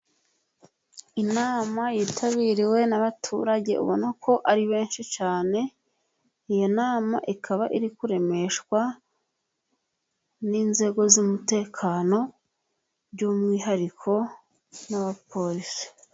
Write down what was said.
Inama yitabiriwe n'abaturage ubona ko ari benshi cyane, iyo nama ikaba iri kuremeshwa n'inzego z'umutekano, by'umwihariko n'abaporisi.